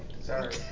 sorry